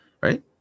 right